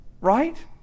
right